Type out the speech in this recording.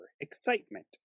excitement